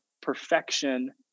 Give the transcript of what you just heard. perfection